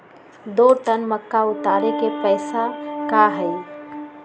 दो टन मक्का उतारे के पैसा का होई?